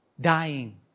dying